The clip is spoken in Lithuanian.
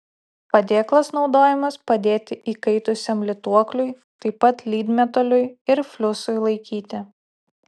padėklas naudojamas padėti įkaitusiam lituokliui taip pat lydmetaliui ir fliusui laikyti